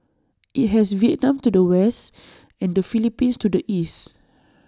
IT has Vietnam to the west and the Philippines to the east